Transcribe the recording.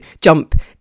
jump